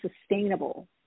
sustainable